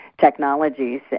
Technologies